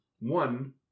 One